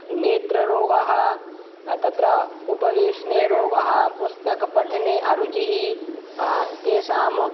नेत्ररोगाः तत्र उपवेशने रोगाः पुस्तकपठने अरुचिः तेषां